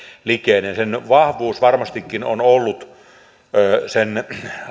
likeinen sen vahvuus varmastikin on ollut sen